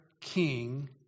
king